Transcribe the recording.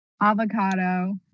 avocado